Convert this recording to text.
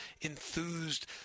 enthused